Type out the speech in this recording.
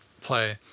play